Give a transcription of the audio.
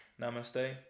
Namaste